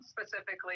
specifically